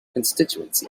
constituency